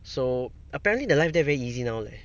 so apparently the life there very easy now leh